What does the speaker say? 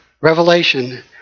Revelation